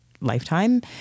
lifetime